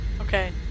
okay